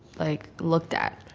like, looked at.